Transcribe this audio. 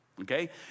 Okay